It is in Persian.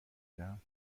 دهم